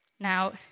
Now